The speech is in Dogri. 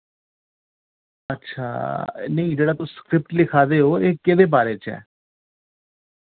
अच्छा नेईं जेह्ड़ा तुस स्क्रिप्ट लिखा दे ओ एह् केह्दे बारे च ऐ